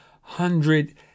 hundred